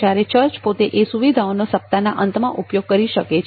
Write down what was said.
જ્યારે ચર્ચ પોતે એ સુવિધાઓનો સપ્તાહના અંતમાં ઉપયોગ કરી શકે છે